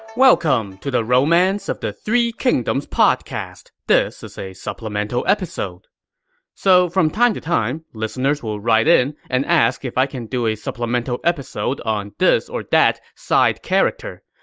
welcome to the romance of the three kingdoms podcast. this is a supplemental episode so from time to time, listeners would write in and ask if i can do a supplemental episode on this or that side character.